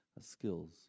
skills